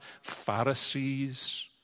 Pharisees